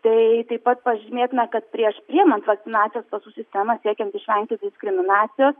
tai taip pat pažymėtina kad prieš priimant vakcinacijos pasų sistemą siekiant išvengti diskriminacijos